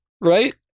Right